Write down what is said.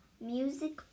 music